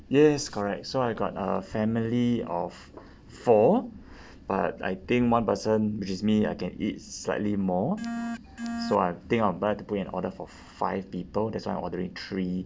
yes correct so I got a family of four but I think one person which is me I can eat slightly more so I think I'll like to put in an order for five people that's why I'm ordering three